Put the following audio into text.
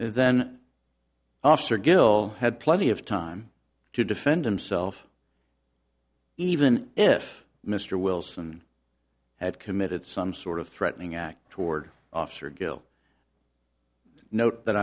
then officer gil had plenty of time to defend himself even if mr wilson had committed some sort of threatening act toward officer gil note that